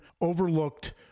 overlooked